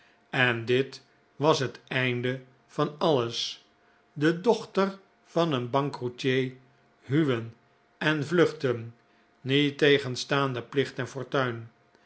en dit was het einde van alles de dochter van een bankroetier huwen en vluchten niettegenstaande plicht en fortuin